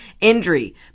injury